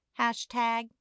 Hashtag